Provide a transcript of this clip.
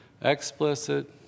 explicit